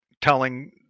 telling